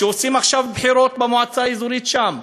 ועושים עכשיו בחירות במועצה האזורית שם.